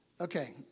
okay